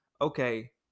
okay